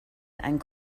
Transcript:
einen